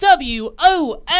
WOS